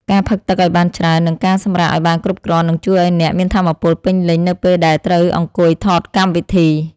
ការផឹកទឹកឱ្យបានច្រើន និងការសម្រាកឱ្យបានគ្រប់គ្រាន់នឹងជួយឱ្យអ្នកមានថាមពលពេញលេញនៅពេលដែលត្រូវអង្គុយថតកម្មវិធី។